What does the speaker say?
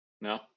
no